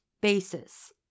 basis